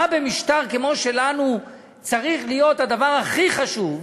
מה במשטר כמו שלנו צריך להיות הכי חשוב?